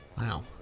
Wow